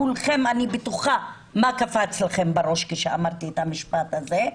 אני בטוחה מה קפץ לכולכם בראש כשאמרתי את המשפט הזה.